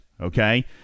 okay